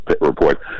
report